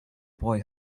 boy